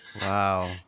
wow